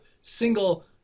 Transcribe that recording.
single